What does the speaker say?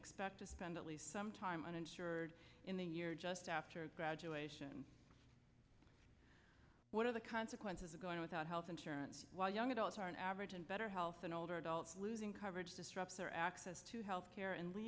expect to spend at least some time uninsured in the year just after graduation what are the consequences of going without health insurance while young adults are in average in better health and older adults losing coverage disrupt their access to health care and